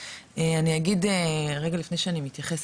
אני אגיד רגע לפני שאני מתייחסת,